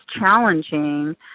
challenging